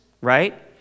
right